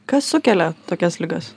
kas sukelia tokias ligas